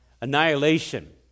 annihilation